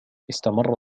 استمر